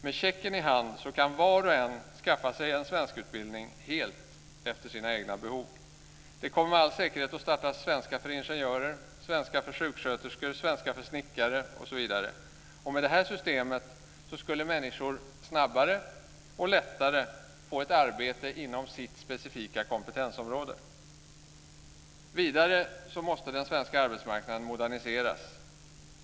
Med checken i hand kan var och en skaffa sig en svenskutbildning helt efter sina egna behov. Det kommer med all säkerhet att startas svenska för ingenjörer, svenska för sjuksköterskor, svenska för snickare osv. Med det här systemet skulle människor snabbare och lättare få ett arbete inom sitt specifika kompetensområde. Vidare måste den svenska arbetsmarknaden moderniseras.